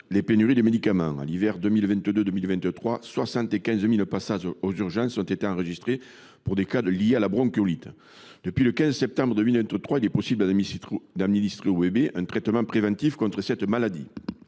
aux pénuries de médicaments. Pendant l’hiver 2022 2023, 75 000 passages aux urgences ont été enregistrés pour des cas de bronchiolite. Depuis le 15 septembre 2023, il est possible d’administrer aux bébés un traitement préventif contre cette maladie.